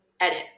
edit